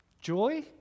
Joy